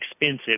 Expensive